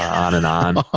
on and on.